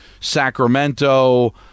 Sacramento